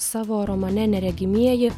savo romane neregimieji